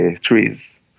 trees